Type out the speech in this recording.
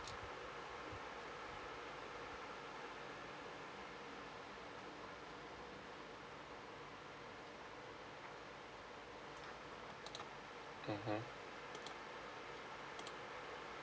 mmhmm